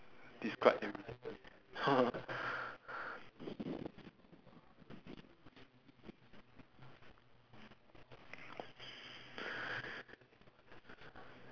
describe every~